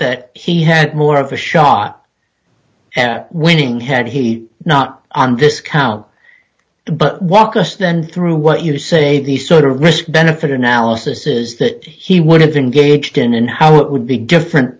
that he had more of a shot at winning had he not on this count but walk us then through what you say the sort of risk benefit analysis is that he would have engaged in and how it would be different